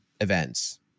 events